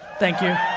thank you,